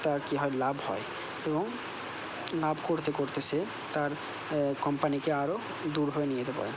তার কি হয় লাভ হয় এবং লাভ করতে করতে সে তার কোম্পানিকে আরো দূর নিয়ে যেতে পারে